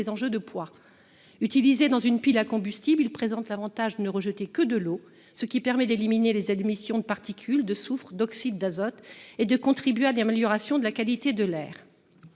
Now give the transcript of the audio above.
enjeux majeurs. Utilisé dans une pile à combustible, il présente l'avantage de ne rejeter que de l'eau, ce qui permet d'éliminer les émissions de particules, de soufre, d'oxyde d'azote et de contribuer à l'amélioration de la qualité de l'air.